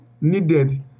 needed